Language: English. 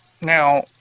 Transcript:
Now